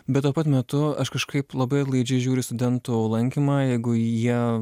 bet tuo pat metu aš kažkaip labai atlaidžiai žiūriu studentus lankymą jeigu jie